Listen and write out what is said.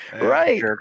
Right